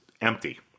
empty